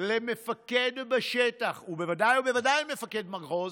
למפקד בשטח, ובוודאי ובוודאי מפקד מחוז,